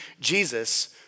Jesus